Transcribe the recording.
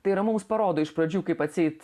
tai yra mums parodo iš pradžių kaip atseit